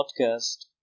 podcast